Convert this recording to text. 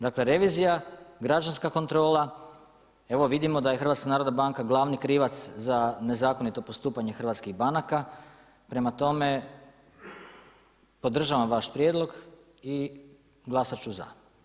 Dakle revizija, građanska kontrola evo vidimo da je HNB glavni krivac za nezakonito postupanje hrvatskih banaka, prema tome podržavam vaš prijedlog i glasat ću za.